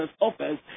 offers